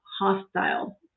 hostile